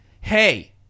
hey